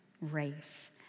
race